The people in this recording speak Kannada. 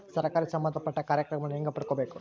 ಸರಕಾರಿ ಸಂಬಂಧಪಟ್ಟ ಕಾರ್ಯಕ್ರಮಗಳನ್ನು ಹೆಂಗ ಪಡ್ಕೊಬೇಕು?